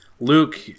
luke